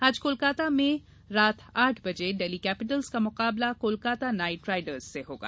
आज कोलकाता में रात आठ बजे डेल्ही कैपिटल्स का मुकाबला कोलकाता नाइट राइडर्स से होगा